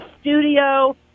studio